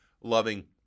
loving